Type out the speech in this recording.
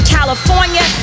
California